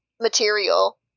material